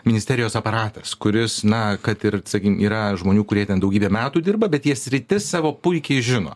ministerijos aparatas kuris na kad ir sakykim yra žmonių kurie ten daugybę metų dirba bet jie sritis savo puikiai žino